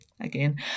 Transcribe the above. again